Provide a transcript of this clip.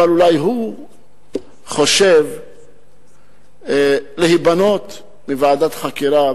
אבל אולי הוא חושב להיבנות מוועדת חקירה.